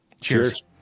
Cheers